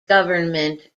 government